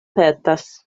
petas